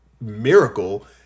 miracle